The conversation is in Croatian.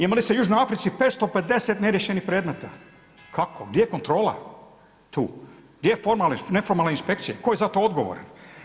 Imali ste u južnoj Africi 550 neriješenih predmeta, kako, gdje je kontrola tu, gdje formalna, neformalna inspekcija, tko je za to odgovoran?